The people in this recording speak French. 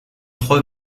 trois